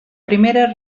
primera